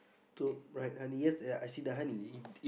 two right honey yes ya I see the honey